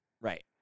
Right